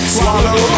Swallow